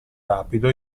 rapido